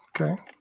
Okay